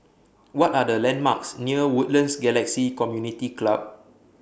What Are The landmarks near Woodlands Galaxy Community Club